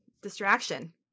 distraction